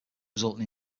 resulting